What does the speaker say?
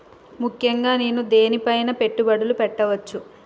ముఖ్యంగా నేను దేని పైనా పెట్టుబడులు పెట్టవచ్చు?